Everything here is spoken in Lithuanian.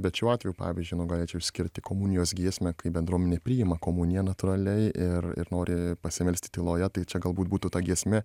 bet šiuo atveju pavyzdžiui nu galėčiau išskirti komunijos giesmę kai bendruomenė priima komuniją natūraliai ir ir nori pasimelsti tyloje tai čia galbūt būtų ta giesmė